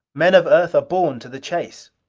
men of earth are born to the chase.